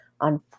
on